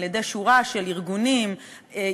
על-ידי שורה של ארגונים מקצועיים,